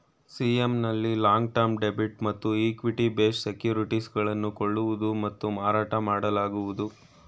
CM ನಲ್ಲಿ long term debit ಮತ್ತು equity based securities ಗಳನ್ನು ಕೊಳ್ಳುವುದು ಮತ್ತು ಮಾರಾಟ ಮಾಡಲಾಗುವುದು